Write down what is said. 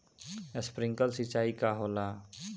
Sprinkler सिंचाई का होला?